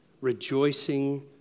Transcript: rejoicing